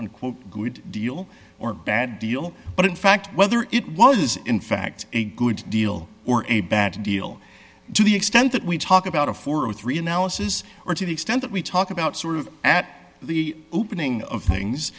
unquote good deal or bad deal but in fact whether it was in fact a good deal or a bad deal to the extent that we talk about a four or three analysis or to the extent that we talk about sort of at the opening of things